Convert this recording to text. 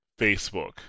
Facebook